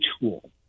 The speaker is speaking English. tool